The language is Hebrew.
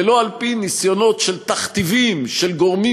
ולא על-פי ניסיונות של תכתיבים של גורמים